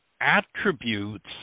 attributes